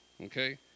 Okay